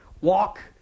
Walk